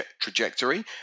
trajectory